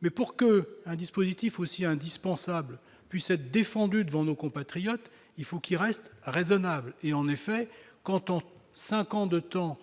mais pour que un dispositif aussi indispensable puissent être défendu devant nos compatriotes, il faut qu'ils restent raisonnables et en effet, quand en 5 ans de temps,